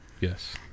Yes